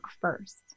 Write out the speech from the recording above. first